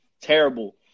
terrible